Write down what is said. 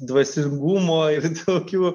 dvasingumo ir tokių